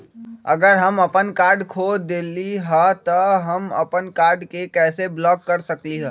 अगर हम अपन कार्ड खो देली ह त हम अपन कार्ड के कैसे ब्लॉक कर सकली ह?